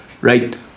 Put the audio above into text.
right